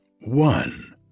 one